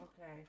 Okay